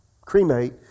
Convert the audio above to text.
cremate